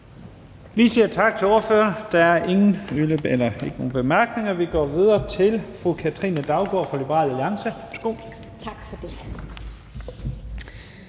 Jensen): Tak til ordføreren. Der er ikke nogen korte bemærkninger. Vi går videre til fru Katrine Daugaard fra Liberal Alliance. Værsgo. Kl.